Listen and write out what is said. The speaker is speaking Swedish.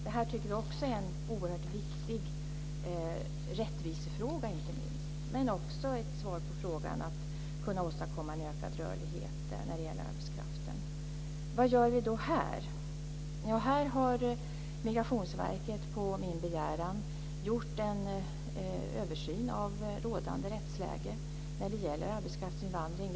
Detta är också en oerhört viktig rättvisefråga, men det är också ett sätt att kunna åstadkomma ökar rörlighet för arbetskraften. Vad gör vi då här i Sverige? Migrationsverket har på min begäran gjort en översyn av rådande rättsläge när det gäller arbetskraftsinvandring.